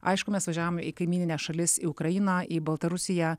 aišku mes važiavome į kaimynines šalis į ukrainą į baltarusiją